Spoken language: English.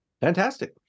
fantastic